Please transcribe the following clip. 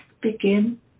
begin